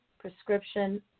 prescription